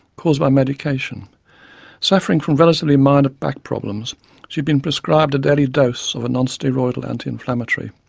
caused by medication suffering from relatively minor back problems she had been prescribed a daily dose of a nonsteroidal anti-inflammatory.